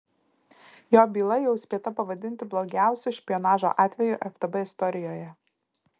jo byla jau spėta pavadinti blogiausiu špionažo atveju ftb istorijoje